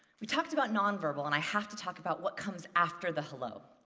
we talked about non verbal, and i have to talk about what comes after the hello.